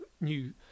new